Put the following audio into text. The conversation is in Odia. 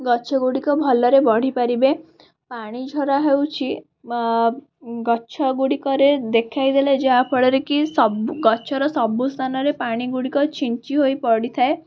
ଗଛ ଗୁଡ଼ିକ ଭଲରେ ବଢ଼ି ପାରିବେ ପାଣିଝରା ହେଉଛି ଗଛ ଗୁଡ଼ିକରେ ଦେଖାଇଦେଲେ ଯାହାଫଳରେ କି ସବୁ ଗଛର ସବୁ ସ୍ଥାନରେ ପାଣି ଗୁଡ଼ିକ ଛିଞ୍ଚି ହୋଇ ପଡ଼ିଥାଏ